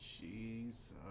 Jesus